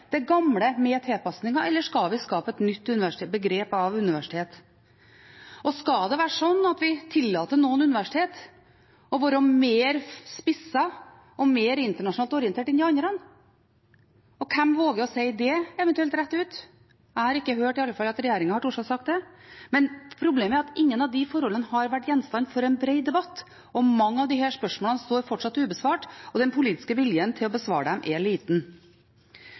hva er det nye universitetsbegrepet? Er det det gamle begrepet, med tilpassinger, eller skal vi skape et nytt universitetsbegrep? Skal vi tillate noen universiteter å være mer spissede og mer internasjonalt orientert enn de andre? Hvem våger eventuelt å si det rett ut? Jeg har i alle fall ikke hørt at regjeringen har turt å si det. Problemet er at ingen av disse forholdene har vært gjenstand for en bred debatt. Mange av disse spørsmålene står fortsatt ubesvart, og den politiske viljen til å besvare dem er liten.